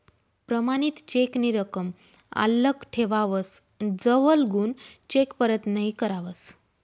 प्रमाणित चेक नी रकम आल्लक ठेवावस जवलगून चेक परत नहीं करावस